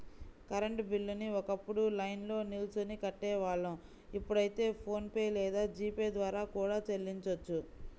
current బిల్లుని ఒకప్పుడు లైన్లో నిల్చొని కట్టేవాళ్ళం ఇప్పుడైతే ఫోన్ పే లేదా జీ పే ద్వారా కూడా చెల్లించొచ్చు